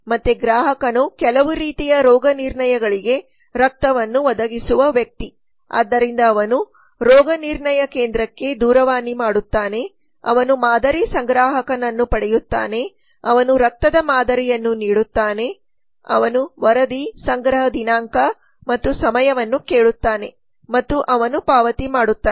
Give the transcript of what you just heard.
ಮತ್ತೆ ಗ್ರಾಹಕನು ಕೆಲವು ರೀತಿಯ ರೋಗನಿರ್ಣಯಗಳಿಗೆ ರಕ್ತವನ್ನು ಒದಗಿಸುವ ವ್ಯಕ್ತಿ ಆದ್ದರಿಂದ ಅವನು ರೋಗನಿರ್ಣಯ ಕೇಂದ್ರಕ್ಕೆ ದೂರವಾಣಿ ಮಾಡುತ್ತಾನೆ ಅವನು ಮಾದರಿ ಸಂಗ್ರಾಹಕನನ್ನು ಪಡೆಯುತ್ತಾನೆ ಅವನು ರಕ್ತದ ಮಾದರಿಯನ್ನು ನೀಡುತ್ತಾನೆ ಅವನು ವರದಿ ಸಂಗ್ರಹ ದಿನಾಂಕ ಮತ್ತು ಸಮಯವನ್ನು ಕೇಳುತ್ತಾನೆ ಮತ್ತು ಅವನು ಪಾವತಿ ಮಾಡುತ್ತಾನೆ